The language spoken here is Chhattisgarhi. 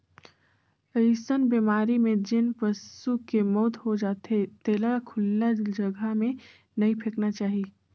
अइसन बेमारी में जेन पसू के मउत हो जाथे तेला खुल्ला जघा में नइ फेकना चाही